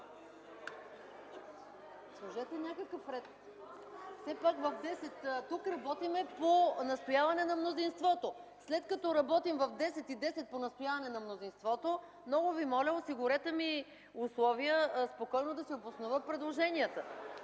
сложете някакъв ред. Все пак в 10 ч. тук работим по настояване на мнозинството. След като работим в 10,10 ч. по настояване на мнозинството, много Ви моля, осигурете ми условия спокойно да си обоснова предложенията.